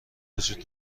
وجود